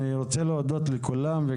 אני רוצה להודות לכולם.